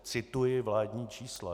Cituji vládní čísla.